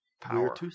power